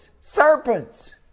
serpents